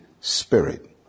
Spirit